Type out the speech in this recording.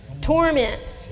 Torment